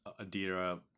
adira